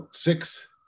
six